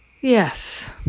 Yes